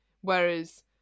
whereas